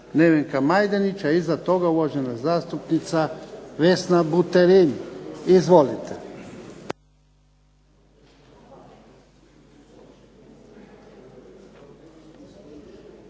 Nevenka Majdenić, a iza toga uvažena zastupnica Vesna Buterin. Izvolite.